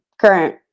current